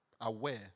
aware